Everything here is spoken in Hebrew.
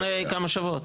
לפני כמה שבועות.